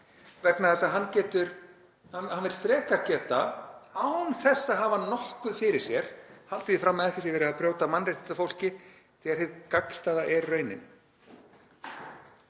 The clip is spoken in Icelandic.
vegna þess að hann vill frekar geta, án þess að hafa nokkuð fyrir sér, haldið því fram að ekki sé verið að brjóta mannréttindi á fólki þegar hið gagnstæða er raunin.